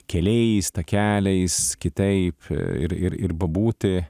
keliais takeliais kitaip ir ir ir pabūti